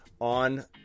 on